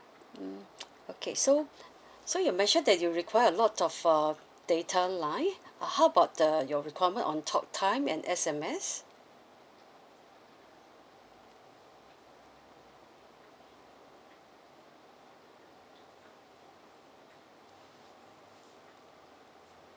mm okay so so you mentioned that you require a lot of um data line uh how about the your requirement on talk time and S_M_S